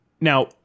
Now